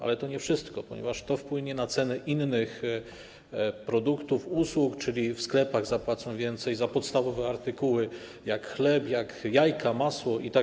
Ale to nie wszystko, ponieważ to wpłynie na ceny innych produktów, usług, czyli w sklepach zapłacą więcej za podstawowe artykuły, takie jak chleb, jajka, masło itd.